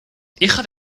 hija